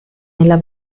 nella